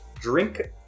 Drink